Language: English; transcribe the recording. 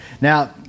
Now